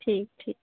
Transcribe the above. ठीक ठीक